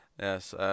Yes